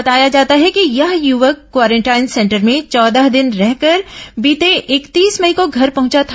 बताया जाता है कि यह युवक क्वारेंटाइन सेंटर में चौदह दिन रहकर बीते इकतीस मई को घर पहुंचा था